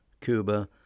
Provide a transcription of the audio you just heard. Cuba